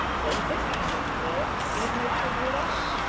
but with this kind of a bill it is no trouble at all.